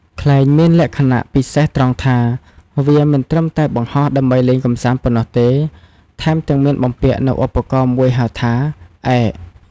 ខ្លែងឯកមានលក្ខណៈពិសេសត្រង់ថា វាមិនត្រឹមតែបង្ហោះដើម្បីលេងកម្សាន្តប៉ុណ្ណោះទេ ថែមទាំងមានបំពាក់នូវឧបករណ៍មួយហៅថា ឯក។